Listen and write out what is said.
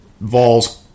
Vols